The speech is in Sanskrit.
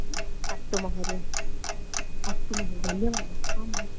अस्तु महोदय अस्तु महोदय धन्यवादः आम्